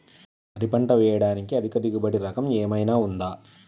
వరి పంట వేయటానికి అధిక దిగుబడి రకం ఏమయినా ఉందా?